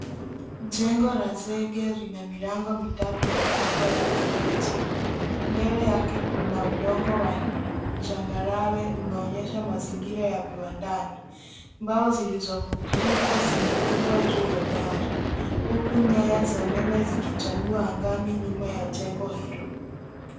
Jengo la zege lina milango mitatu mikubwa ya gereji. Mbele yake kuna udongo wa changarawe unaonyesha mazingira ya viwandani. Mbao zilizovunjika zimetupwa juu ya dari, huku nyaya za umeme zikichanua angani nyuma ya jengo hilo.